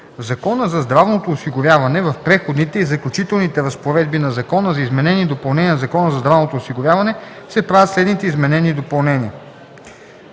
Закона за здравното осигуряване в Преходните и заключителните разпоредби на Закона за изменение и допълнение на Закона за здравното осигуряване (ДВ, бр. 60 от 2012 г.) се правят следните изменения и допълнения: